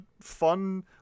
fun